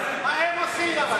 מה הם עושים?